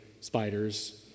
spiders